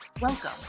welcome